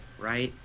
right?